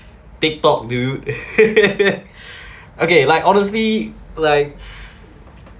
tiktok do you okay like honestly like